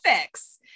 fix